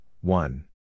one